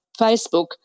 Facebook